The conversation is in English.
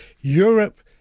Europe